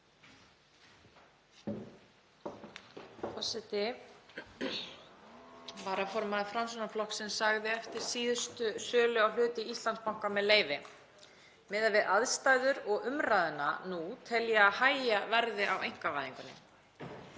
forseti. Varaformaður Framsóknarflokksins sagði eftir síðustu sölu á hlut í Íslandsbanka, með leyfi: „Miðað við aðstæður og umræðuna nú tel ég að hægja verði á einkavæðingunni.“